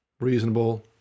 reasonable